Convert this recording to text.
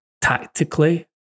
tactically